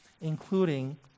including